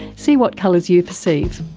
see what colours you perceive.